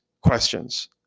questions